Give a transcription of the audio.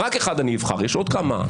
שרק אחת אני אבחר למרות שיש עוד כמה.